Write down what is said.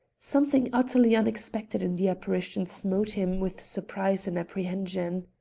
something utterly unexpected in the apparition smote him with surprise and apprehension.